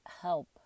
help